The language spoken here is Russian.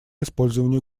использованию